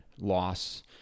loss